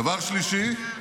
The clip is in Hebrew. דבר שלישי,